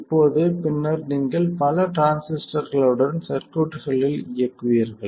இப்போது பின்னர் நீங்கள் பல டிரான்சிஸ்டர்களுடன் சர்க்யூட்டிகளில் இயங்குவீர்கள்